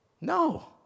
No